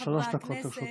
בבקשה, שלוש דקות לרשותך.